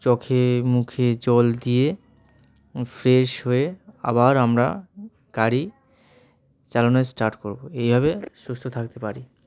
চোখে মুখে জল দিয়ে ফ্রেশ হয়ে আবার আমরা গাড়ি চালানো স্টার্ট করবো এইভাবে সুস্থ থাকতে পারি